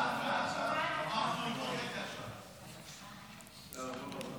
והגבלת השיווק של מוצרי טבק ועישון (תיקון מס' 9),